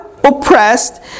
oppressed